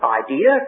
idea